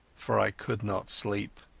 for i could not sleep.